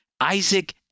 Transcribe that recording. Isaac